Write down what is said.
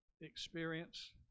experience